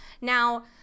Now